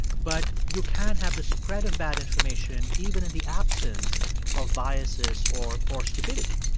but you can have the spread of bad information even in the absence of biases or or stupidity